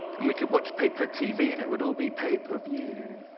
and we could watch paper tv and it would all be pay-per-view.